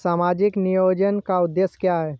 सामाजिक नियोजन का उद्देश्य क्या है?